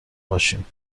باشیم